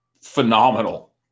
phenomenal